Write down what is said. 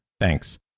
Thanks